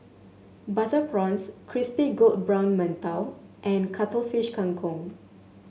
Butter Prawns Crispy Golden Brown Mantou and Cuttlefish Kang Kong